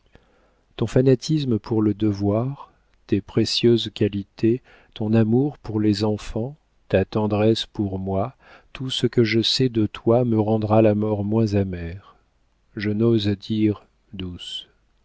ton fanatisme pour le devoir tes précieuses qualités ton amour pour les enfants ta tendresse pour moi tout ce que je sais de toi me rendra la mort moins amère je n'ose dire douce